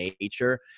nature